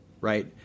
right